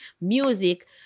music